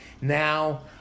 Now